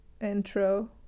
intro